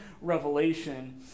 revelation